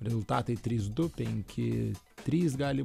rezultatai trys du penki trys gali